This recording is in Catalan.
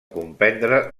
comprendre